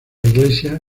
iglesia